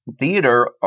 theater